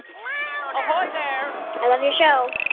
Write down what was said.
louder ahoy there i love your show